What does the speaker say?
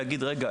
להגיד "רגע,